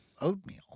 oatmeal